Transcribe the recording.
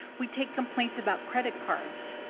we take complaints about credit cards,